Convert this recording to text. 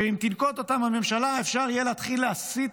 שאם תנקוט אותם הממשלה אפשר יהיה להתחיל להסיט